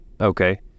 Okay